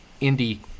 Indy